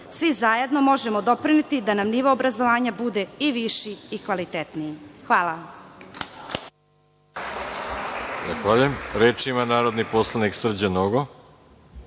svi zajedno možemo doprineti da nam nivo obrazovanja bude i viši i kvalitetniji. Hvala.